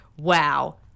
Wow